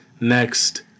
Next